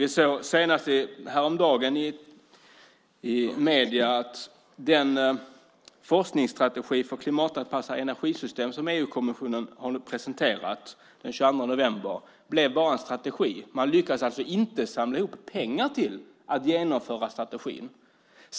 Vi såg senast häromdagen i medierna att den forskningsstrategi för att klimatanpassa energisystem som EU-kommissionen presenterade den 22 november bara blev en strategi. Man lyckades alltså inte samla ihop pengar till att genomföra strategin.